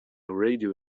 radio